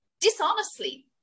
dishonestly